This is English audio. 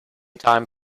time